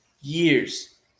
years